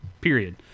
period